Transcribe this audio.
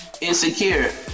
Insecure